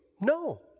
No